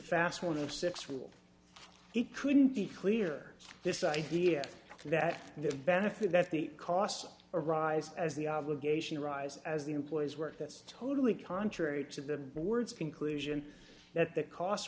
fast one of six rules it couldn't be clear this idea that the benefit that the costs arise as the obligation arise as the employees work that's totally contrary to the board's conclusion that the cost